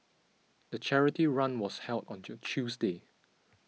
the charity run was held onto Tuesday